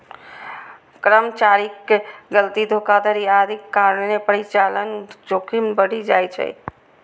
कर्मचारीक गलती, धोखाधड़ी आदिक कारणें परिचालन जोखिम बढ़ि जाइ छै